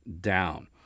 down